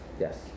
Yes